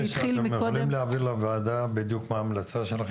תוכלו להעביר לוועדה את ההמלצה שלכם,